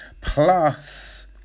plus